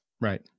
right